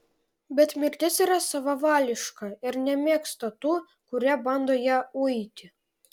bet mirtis yra savavališka ir nemėgsta tų kurie bando ją uiti